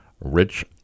Rich